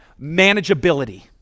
manageability